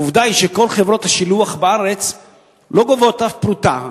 עובדה היא שכל חברות השילוח בארץ לא גובות אף פרוטה,